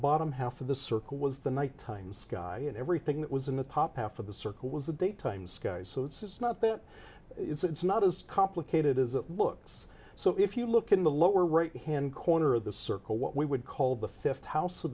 bottom half of the circle was the nighttime sky and everything that was in the top half of the circle was the daytime sky so it's not that it's not as complicated as it looks so if you look in the lower right hand corner of the circle what we would call the fifth house